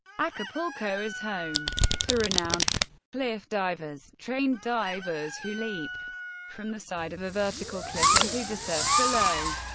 acapulco is home to renowned cliff divers trained divers who leap from the side of a vertical cliff into the surf below.